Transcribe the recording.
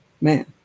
Man